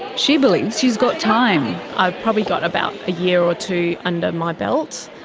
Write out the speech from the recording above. she believes she's got time. i've probably got about a year or two under my belt.